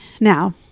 Now